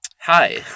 Hi